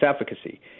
efficacy